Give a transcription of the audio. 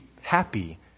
happy